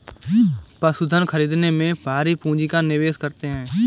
पशुधन खरीदने में भारी पूँजी का निवेश करते हैं